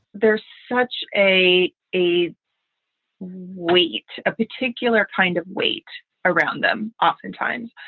there's such a a wheat, a particular kind of weight around them. oftentimes,